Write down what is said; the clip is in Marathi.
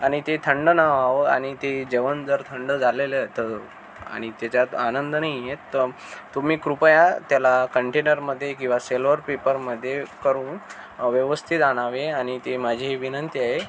आणि ते थंड न व्हावं आणि ते जेवण जर थंड झालं तर आणि त्याच्यात आनंद नाही येत तर तुम्ही कृपया त्याला कंटेनरमध्ये किंवा सिल्वर पेपरमध्ये करून व्यवस्थित आणावे आणि ती माझी विनंती आहे